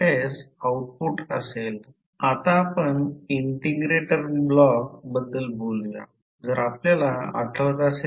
समजा उदाहरणार्थ येथून समजा या याची जाडी समजा मीन पाथ असल्यास येथून येथे मीन पाथ काढा